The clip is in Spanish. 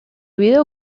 video